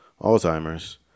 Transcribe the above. alzheimer's